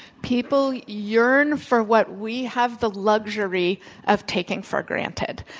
people yearn for what we have the luxury of taking for granted.